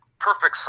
perfect